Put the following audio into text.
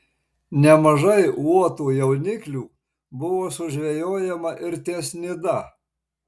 nemažai uotų jauniklių buvo sužvejojama ir ties nida